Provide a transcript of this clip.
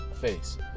face